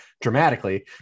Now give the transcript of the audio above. dramatically